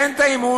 תן את האמון.